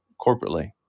corporately